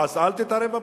אז אל תתערב בפוליטיקה.